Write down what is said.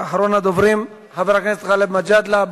אחרון הדוברים, חבר הכנסת גאלב מג'אדלה,